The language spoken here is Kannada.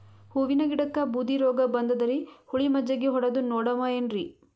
ಹೂವಿನ ಗಿಡಕ್ಕ ಬೂದಿ ರೋಗಬಂದದರಿ, ಹುಳಿ ಮಜ್ಜಗಿ ಹೊಡದು ನೋಡಮ ಏನ್ರೀ?